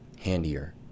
handier